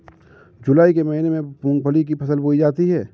जूलाई के महीने में मूंगफली की फसल बोई जाती है